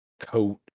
coat